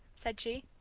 said she.